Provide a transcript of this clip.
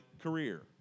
career